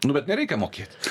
nu bet nereikia mokėt